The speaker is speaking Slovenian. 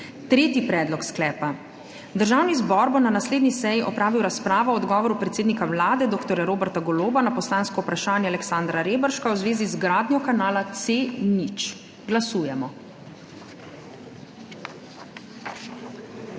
Tretji predlog sklepa: Državni zbor bo na naslednji seji opravil razpravo o odgovoru predsednika Vlade dr. Roberta Goloba na poslansko vprašanje Aleksandra Reberška v zvezi z gradnjo kanala C0. Glasujemo.